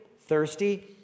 thirsty